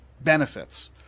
benefits